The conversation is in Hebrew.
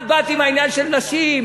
את באת עם העניין של נשים,